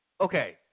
Okay